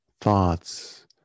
thoughts